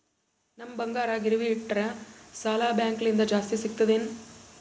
ನಮ್ ಬಂಗಾರ ಗಿರವಿ ಇಟ್ಟರ ಸಾಲ ಬ್ಯಾಂಕ ಲಿಂದ ಜಾಸ್ತಿ ಸಿಗ್ತದಾ ಏನ್?